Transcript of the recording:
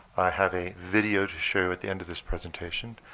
have a video to show at the end of this presentation.